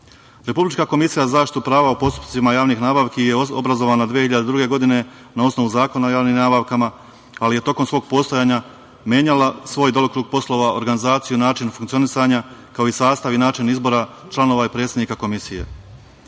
Republička komisija za zaštitu prava u postupcima javnih nabavki je obrazovana 2002. godine na osnovu Zakona o javnim nabavkama, ali je tokom postojanja menjala svoj delokrug poslova, organizaciju i način funkcionisanja, kao i sastav i način izbora članova i predsednika